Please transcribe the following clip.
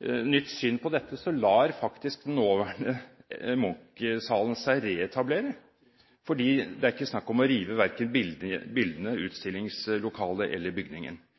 et nytt syn på dette, så lar faktisk den nåværende Munch-salen seg reetablere, for det er ikke snakk om å rive verken bildene, utstillingslokalet eller bygningen.